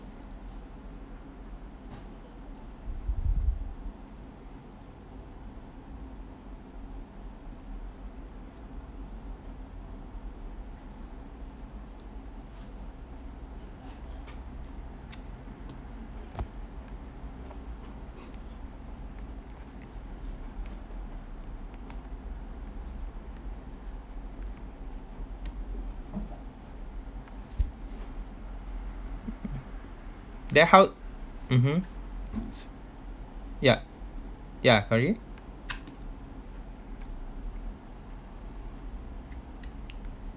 then how mmhmm ya ya come again